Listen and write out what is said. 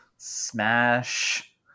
smash